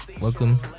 Welcome